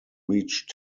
reached